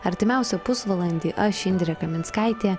artimiausią pusvalandį aš indrė kaminskaitė